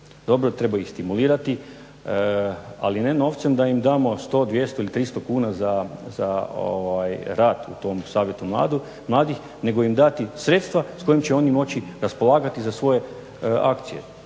Dobro treba ih stimulirati, ali ne novcem da im damo 100, 200 ili 300 kuna za rad u tom Savjetu mladih nego im dati sredstva s kojim će oni moći raspolagati za svoje akcije.